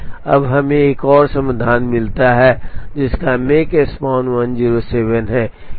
तो जिनमें से एक 3 मशीन के लिए है पहला हमने जो किया था वह जॉनसन समस्या था एम 1 प्लस एम 2 और एम 2 प्लस एम 3 बीबेड के साथ जॉनसन एक्सटेंशन